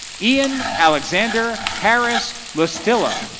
ian alexander harris lustila